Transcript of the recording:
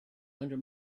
under